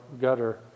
gutter